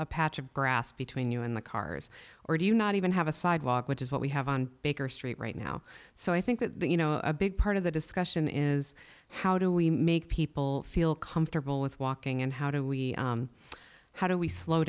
a patch of grass between you and the cars or do you not even have a sidewalk which is what we have on baker street right now so i think that you know a big part of the discussion is how do we make people feel comfortable with walking and how do we how do we slow